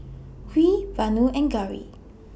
Hri Vanu and Gauri